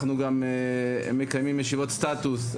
אנחנו גם מקיימים ישיבות סטטוס.